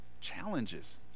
challenges